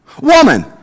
Woman